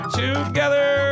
together